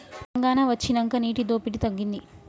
తెలంగాణ వొచ్చినాక నీటి దోపిడి తగ్గింది